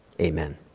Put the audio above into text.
Amen